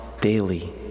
daily